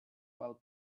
while